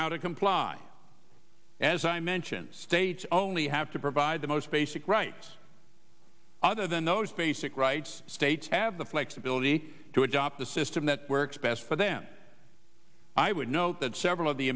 how to comply as i mentioned states only have to provide the most basic rights other than those basic rights states have the flexibility to adopt a system that works best for them i would note that several of the